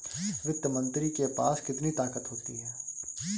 वित्त मंत्री के पास कितनी ताकत होती है?